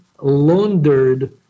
laundered